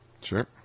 Sure